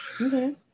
Okay